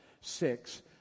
six